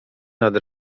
nad